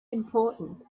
important